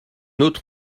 autre